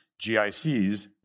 GICs